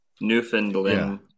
newfoundland